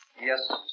Yes